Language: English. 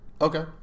Okay